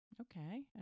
Okay